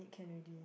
can already